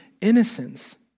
innocence